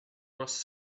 was